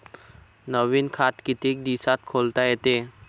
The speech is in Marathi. नवीन खात कितीक दिसात खोलता येते?